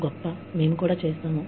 గొప్ప మేము కూడా చేస్తాము